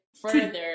further